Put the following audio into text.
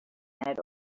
had